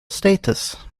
status